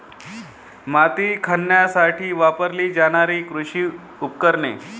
माती खणण्यासाठी वापरली जाणारी कृषी उपकरणे